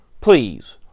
Please